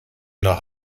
nach